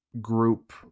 group